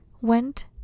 went